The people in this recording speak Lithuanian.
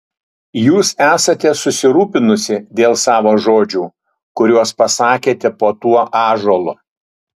jūs esate susirūpinusi dėl savo žodžių kuriuos pasakėte po tuo ąžuolu